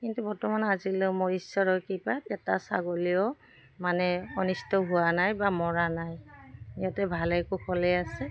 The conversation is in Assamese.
কিন্তু বৰ্তমান আজিলে মোৰ ঈশ্বৰৰ কৃপাত এটা ছাগলীও মানে অনিষ্ট হোৱা নাই বা মৰা নাই ইহঁতে ভালে কুশলেই আছে